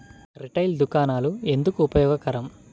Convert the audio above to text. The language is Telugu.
రిటైల్ దుకాణాలు ఎందుకు ఉపయోగకరం?